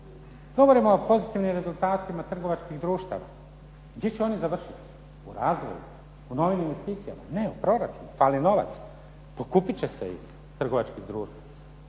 Govorimo o pozitivnim rezultatima trgovačkih društava. Gdje će oni završiti? U razvoju, u novim investicijama? Ne, u proračunu. Ali novac pokupit će se iz trgovačkih društava.